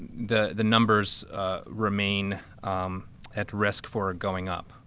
the the numbers remain at risk for going up.